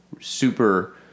super